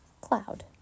Cloud